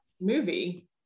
movie